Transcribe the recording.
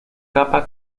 capa